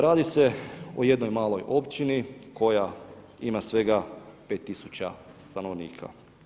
Radi se o jednoj maloj općini koja ima svega 5000 stanovnika.